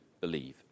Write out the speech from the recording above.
believe